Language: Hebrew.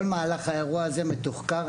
כל מהלך האירוע הזה מתוחקר.